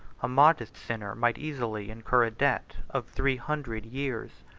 a modest sinner might easily incur a debt of three hundred years.